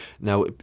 Now